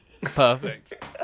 Perfect